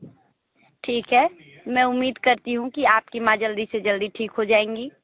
ठीक है मैं उम्मीद करती हूँ कि आपकी माँ जल्दी से जल्दी ठीक हो जाएँगी